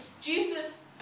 Jesus